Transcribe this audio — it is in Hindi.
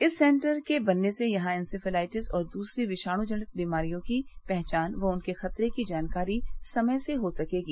इस सेन्टर के बनने से यहाँ इन्सेफ्लाइटिस और दूसरी विषाणु जनित बीमारियों की पहचान व उनके खतरे की जानकारी समय से हो जायेगी